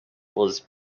was